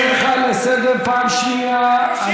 אני קורא אותך לסדר פעם שנייה.